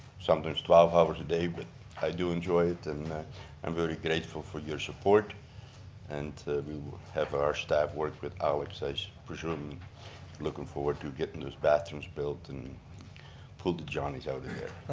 sometimes twelve hours a day, but i do enjoy it. and i'm very grateful for your support and we'll have our staff work with alex, i presume looking forward to getting those bathrooms built and pull the johnny's out of there.